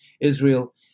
Israel